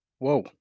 Whoa